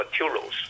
materials